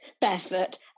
Barefoot